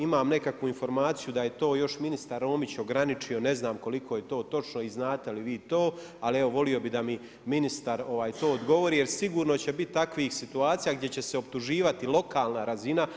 Imam nekakvu informaciju, da je to još ministar Romić ograničeno, ne znam koliko je to točno i znate li vi to, ali evo, volio bi da mi ministar to odgovori, jer sigurno će biti takvih situacija, gdje će optuživati lokalna razina.